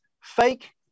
fake